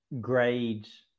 grades